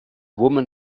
woman